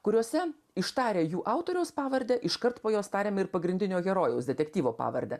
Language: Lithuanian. kuriose ištarę jų autoriaus pavardę iškart po jos tariam ir pagrindinio herojaus detektyvo pavardę